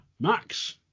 Max